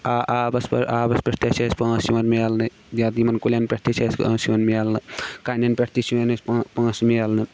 آ آ آبس آبَس پٮ۪ٹھ تہِ چھِ اَسہِ پۄنٛسہٕ یِوان ملنہٕ یِمن کُلٮ۪ن پٮ۪ٹھ تہِ چھِ اَسہِ سیُن مِلنہٕ کَنٮ۪ن پٮ۪ٹھ تہِ چھِ یِوان اَسہِ پۄنٛسہٕ یِوان ملنہٕ